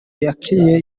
yakinye